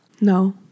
No